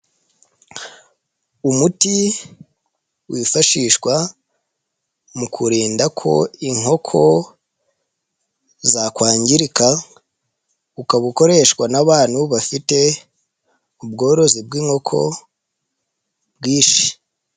Umuti wifashishwa mu kurinda ko inkoko zakwangirika, ukaba ukoreshwa n'abantu bafite ubworozi bw'inkoko bwishi.